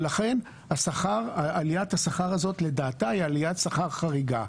ולכן, עליית השכר הזאת לדעתה היא עליית שכר חריגה.